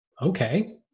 Okay